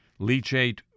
Leachate